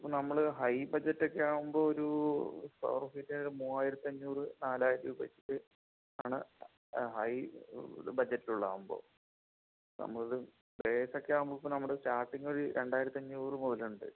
ഇപ്പോൾ നമ്മൾ ഹൈ ബഡ്ജറ്റൊക്കെ ആവുമ്പോൾ ഒരു സ്ക്വയർ ഫീറ്റ് മൂവായിരത്തി അഞ്ഞൂറ് നാലായിരം രൂപ വച്ചിട്ടാണ് ഹൈ ബജറ്റുകളാവുമ്പോൾ നമ്മളത് ബേസ് ഒക്കെ ആവുമ്പോൾ ഇപ്പോൾ നമ്മുടെ സ്റ്റാർട്ടിങ്ങ് ഒരു രണ്ടായിരത്തി അഞ്ഞൂറ് മുതലുണ്ട്